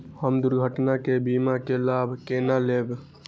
हम दुर्घटना के बीमा के लाभ केना लैब?